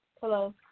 Hello